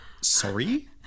sorry